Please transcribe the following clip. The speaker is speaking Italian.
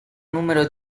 numero